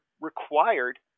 required